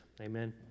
Amen